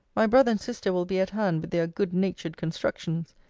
my brother and sister will be at hand with their good-natured constructions.